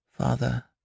Father